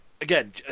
Again